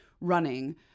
running